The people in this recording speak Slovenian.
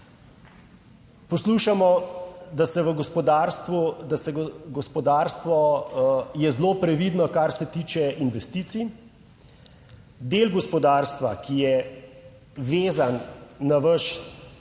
gospodarstvu, da se gospodarstvo je zelo previdno kar se tiče investicij. Del gospodarstva, ki je vezan na vaš